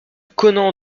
conen